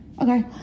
Okay